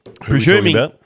Presuming